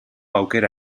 aukera